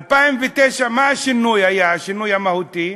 ב-2009, מה היה השינוי, השינוי המהותי?